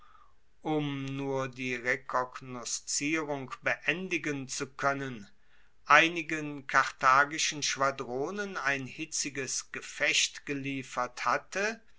um nur die rekognoszierung beendigen zu koennen einigen karthagischen schwadronen ein hitziges gefecht geliefert hatte